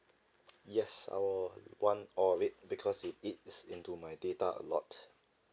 yes I will want all of it because it eats into my data a lot